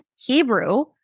Hebrew